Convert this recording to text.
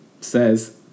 says